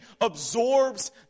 absorbs